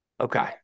Okay